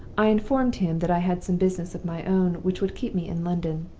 i informed him that i had some business of my own which would keep me in london.